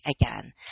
again